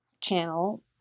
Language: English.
channel